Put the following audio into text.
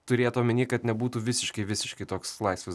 turėt omeny kad nebūtų visiškai visiškai toks laisvas